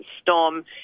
storm